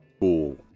cool